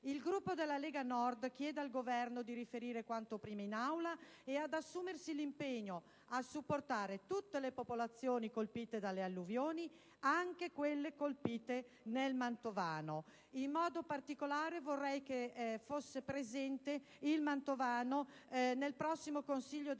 Il Gruppo della Lega Nord chiede al Governo di riferire quanto prima in Aula e di assumersi l'impegno a supportare tutte le popolazioni colpite dalle alluvioni, anche quelle colpite nel mantovano. In modo particolare, vorrei che nel prossimo Consiglio dei ministri